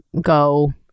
go